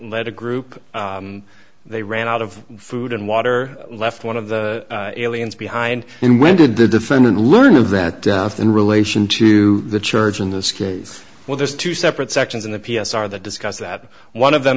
led a group they ran out of food and water left one of the aliens behind and when did the defendant learn of that in relation to the church in this case well there's two separate sections in the p s are the discuss that one of them